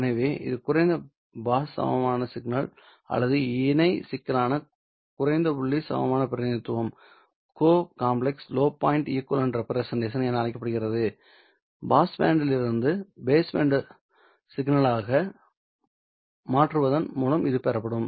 எனவே இது குறைந்த பாஸ் சமமான சிக்னல் அல்லது இணை சிக்கலான குறைந்த புள்ளி சமமான பிரதிநிதித்துவம் என அழைக்கப்படுகிறது பாஸ் பேண்டிலிருந்து பேஸ் பேண்ட் சிக்னல்களாக மாற்றுவதன் மூலம் இது பெறப்படும்